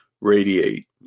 radiate